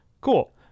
Cool